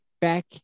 back